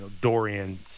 Dorian